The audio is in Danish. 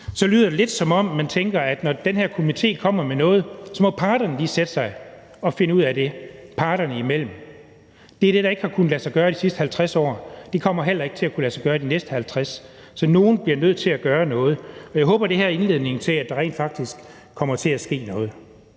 lyder det lidt, som om man tænker, at når den her komité kommer med noget, må parterne lige sætte sig og finde ud af det parterne imellem. Det er det, der ikke har kunnet lade sig gøre i de sidste 50 år, og det kommer heller ikke til at kunne lade sig gøre i de næste 50 år, så nogen bliver nødt til at gøre noget, og jeg håber, at det her er indledningen til, at der rent faktisk kommer til at ske noget.